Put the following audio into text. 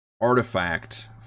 artifact